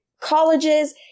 colleges